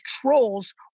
trolls